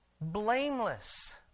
blameless